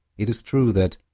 it is true that,